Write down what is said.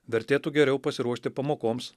vertėtų geriau pasiruošti pamokoms